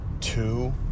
two